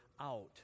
out